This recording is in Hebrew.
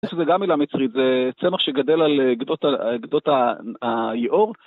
זה גם מילה מצרית, זה צמח שגדל על גדות היאור.